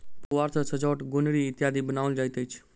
पुआर सॅ सजौट, गोनरि इत्यादि बनाओल जाइत अछि